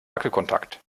wackelkontakt